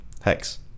Hex